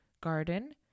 garden